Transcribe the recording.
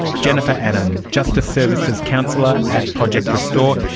jennifer annan, justice services counsellor at project restore,